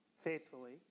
faithfully